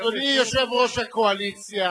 אדוני יושב-ראש הקואליציה,